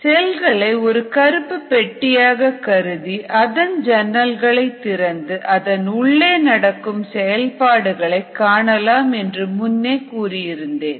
செல்களை ஒரு கருப்பு பெட்டியாக கருதி அதன் ஜன்னல்களை திறந்து அதன் உள்ளே நடக்கும் செயல்பாடுகளைக் காணலாம் என்று முன்னே கூறியிருந்தேன்